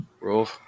Roll